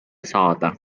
saada